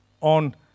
on